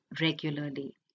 regularly